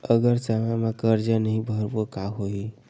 अगर समय मा कर्जा नहीं भरबों का होई?